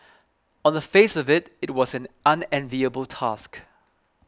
on the face of it it was an unenviable task